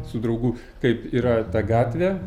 su draugu kaip yra ta gatvė